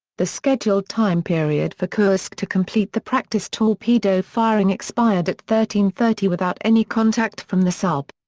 the scheduled time period for kursk to complete the practice torpedo firing expired at thirteen thirty without any contact from the sub.